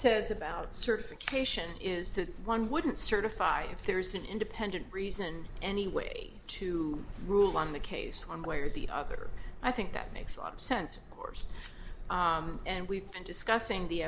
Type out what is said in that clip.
says about certification is that one wouldn't certify there's an independent reason any way to rule on the case one way or the other i think that makes a lot of sense of course and we've been discussing the